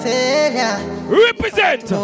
Represent